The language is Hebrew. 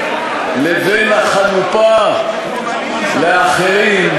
ובין החנופה לאחרים,